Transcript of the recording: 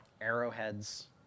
arrowheads